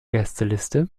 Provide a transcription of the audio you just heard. gästeliste